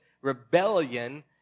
rebellion